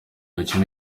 imikino